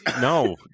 No